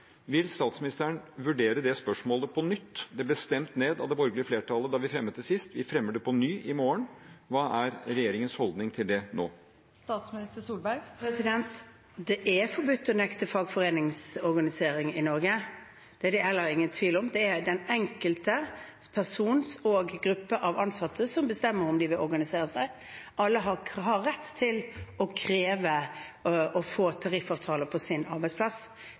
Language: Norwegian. Vil statsministeren vurdere det spørsmålet på nytt? Det ble stemt ned av det borgerlige flertallet da vi fremmet det sist. Vi fremmer det på ny i morgen. Hva er regjeringens holdning til det nå? Det er forbudt å nekte fagforeningsorganisering i Norge, det er det ingen tvil om. Det er den enkelte person og gruppe av ansatte som bestemmer om de vil organisere seg. Alle har rett til å kreve å få tariffavtale på sin arbeidsplass.